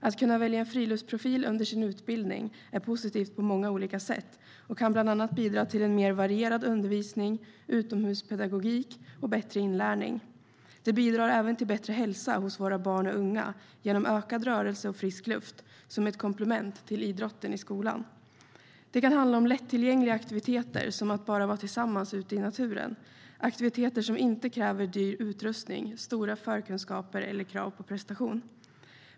Att kunna välja en friluftsprofil under sin utbildning är positivt på många olika sätt och kan bland annat bidra till en mer varierad undervisning, utomhuspedagogik och bättre inlärning. Det bidrar även till bättre hälsa hos våra barn och unga genom ökad rörelse och frisk luft, som ett komplement till idrotten i skolan. Det kan handla om lättillgängliga aktiviteter som att bara vara tillsammans ute i naturen, det vill säga aktiviteter som inte kräver dyr utrustning, stora förkunskaper eller krav på prestation.